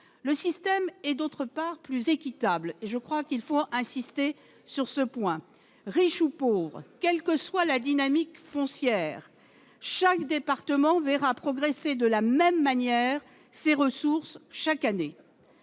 le système est plus équitable. Il faut insister sur ce point : riche ou pauvre, quelle que soit la dynamique foncière, chaque département verra progresser de la même manière ses ressources chaque année.